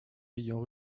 ayant